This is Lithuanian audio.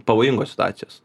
pavojingos situacijos